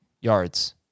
Yards